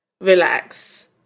relax